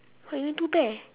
!huh! really two pair